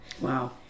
Wow